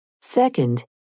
Second